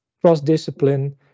cross-discipline